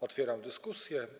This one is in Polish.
Otwieram dyskusję.